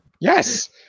Yes